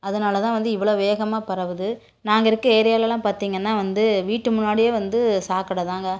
அதனால்தான் வந்து இவ்வளோ வேகமாக பரவுது நாங்கள் இருக்கிற ஏரியாவுலலாம் பார்த்தீங்கனா வந்து வீட்டு முன்னாடியே வந்து சாக்கடைதாங்க